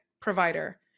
provider